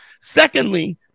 Secondly